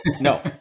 No